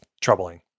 troubling